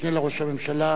משה בוגי יעלון,